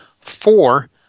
Four